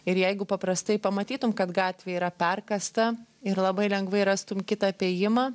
ir jeigu paprastai pamatytum kad gatvė yra perkasta ir labai lengvai rastum kitą apėjimą